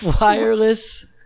wireless